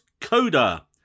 Coda